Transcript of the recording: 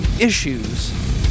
Issues